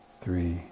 three